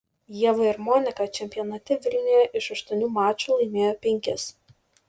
ieva ir monika čempionate vilniuje iš aštuonių mačų laimėjo penkis